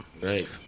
Right